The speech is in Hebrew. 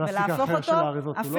והפלסטיק האחר של האריזות הוא לא איכותי,